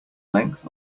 length